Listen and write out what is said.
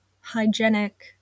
hygienic